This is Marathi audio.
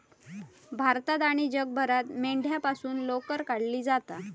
भारतात आणि जगभरात मेंढ्यांपासून लोकर काढली जाता